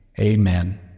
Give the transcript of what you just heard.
Amen